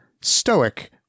stoic